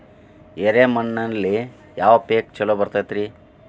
ಎರೆ ಮಣ್ಣಿನಲ್ಲಿ ಯಾವ ಪೇಕ್ ಛಲೋ ಬರತೈತ್ರಿ?